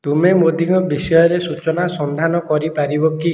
ତୁମେ ମୋଦୀଙ୍କ ବିଷୟରେ ସୂଚନା ସନ୍ଧାନ କରିପାରିବ କି